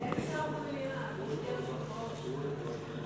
אין שר במליאה, גברתי היושבת-ראש.